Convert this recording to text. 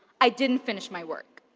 i didn't finish my work.